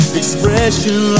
expression